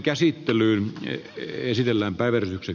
äskeinen ylitti kaikki aikaisemmat